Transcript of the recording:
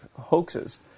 hoaxes